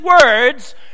words